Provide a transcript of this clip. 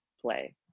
play